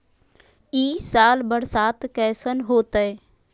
ई साल बरसात कैसन होतय?